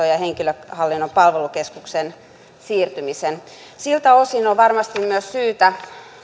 ja henkilöhallinnon palvelukeskukseen siirtymisen siltä osin on varmasti myös syytä